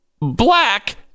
black